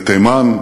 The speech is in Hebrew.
בתימן?